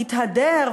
התהדר,